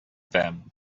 them